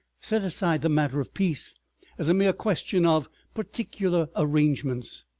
set aside the matter of peace as a mere question of particular arrangements.